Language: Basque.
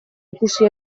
ikusi